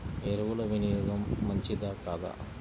ఎరువుల వినియోగం మంచిదా కాదా?